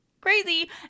crazy